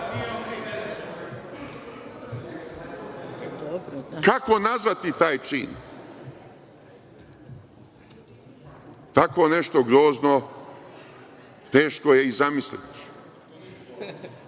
nazvati taj čin? Tako nešto grozno teško je i zamisliti.